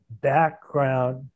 background